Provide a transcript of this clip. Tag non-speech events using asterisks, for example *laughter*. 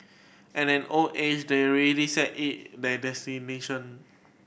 at an old age they're already set in their *unintelligible*